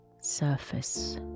surface